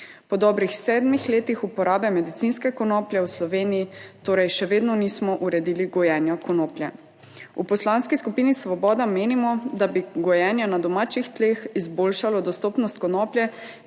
Po dobrih sedmih letih uporabe medicinske konoplje v Sloveniji torej še vedno nismo uredili gojenja konoplje. V Poslanski skupini Svoboda menimo, da bi gojenje na domačih tleh izboljšalo dostopnost konoplje,